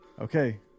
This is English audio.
Okay